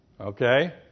Okay